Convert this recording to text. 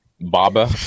Baba